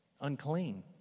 unclean